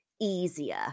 easier